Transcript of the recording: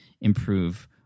improve